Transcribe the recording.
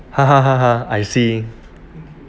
I see okay